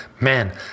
man